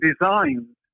designed